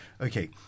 Okay